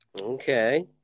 Okay